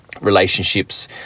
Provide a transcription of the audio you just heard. relationships